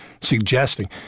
suggesting